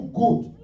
good